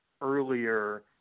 earlier